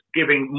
giving